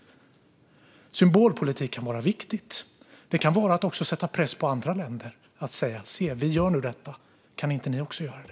Symbolpolitik kan vara viktigt. Det kan vara att sätta press på andra länder, att säga: Se, vi gör nu detta - kan inte ni också göra det?